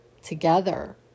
together